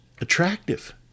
attractive